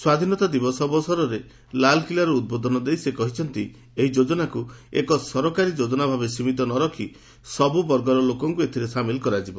ସ୍ୱାଧୀନତା ଦିବସ ଅବସରରେ ଲାଲ୍କିଲ୍ଲାରୁ ଉଦ୍ବୋଧନ ଦେଇ ସେ କହିଛନ୍ତି ଏହି ଯୋଜନାକୁ ଏକ ସରକାରୀ ଯୋଜନା ଭାବେ ସୀମିତ ନ ରଖ୍ ସବୁ ବର୍ଗର ଲୋକଙ୍କୁ ଏଥିରେ ସାମିଲ୍ କରାଯିବ